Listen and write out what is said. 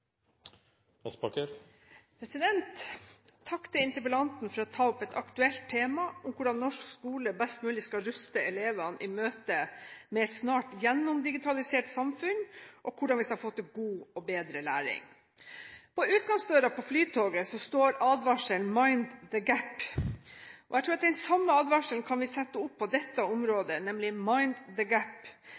områdene. Takk til interpellanten for å ta opp et aktuelt tema om hvordan norsk skole best mulig skal ruste elevene i møte med et snart gjennomdigitalisert samfunn, og hvordan vi skal få til god og bedre læring. På utgangsdøren på Flytoget står advarselen «Mind the gap». Jeg tror at vi kan sette opp den samme advarselen på dette området